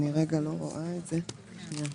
אני רגע לא רואה את זה, שנייה.